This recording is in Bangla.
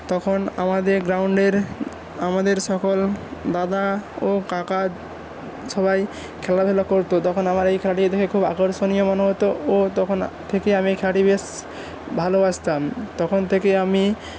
তখন আমাদের গ্রাউন্ডের আমাদের সকল দাদা ও কাকা সবাই খেলাধূলা করত তখন আমার এই খেলাটি দেখে খুব আকর্ষণীয় মনে হত ও তখন থেকেই আমি এই খেলাটি বেশ ভালোবাসতাম তখন থেকেই আমি